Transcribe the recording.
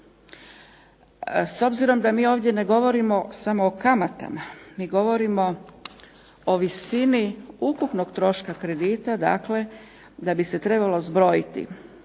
S obzirom da mi ovdje ne govorimo samo o kamatama, mi govorimo o visini ukupnog troška kredita, dakle da bi se trebalo zbrojiti kamatu,